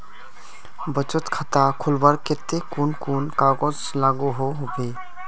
बचत खाता खोलवार केते कुन कुन कागज लागोहो होबे?